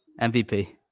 MVP